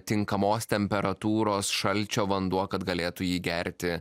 tinkamos temperatūros šalčio vanduo kad galėtų jį gerti